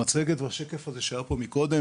המצגת והשקף הזה שהיה פה מקודם,